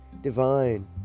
divine